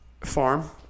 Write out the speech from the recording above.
farm